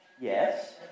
Yes